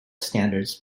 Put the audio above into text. standards